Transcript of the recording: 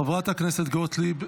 חברת הכנסת גוטליב.